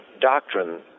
doctrine